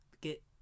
get